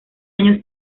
año